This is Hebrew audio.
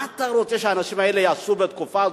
מה אתה רוצה שהאנשים האלה יעשו בתקופה הזאת,